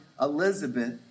Elizabeth